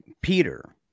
Peter